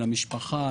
למשפחה,